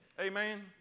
Amen